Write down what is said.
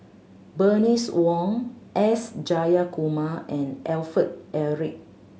Bernice Wong S Jayakumar and Alfred Eric